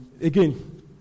Again